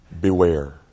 Beware